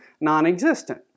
non-existent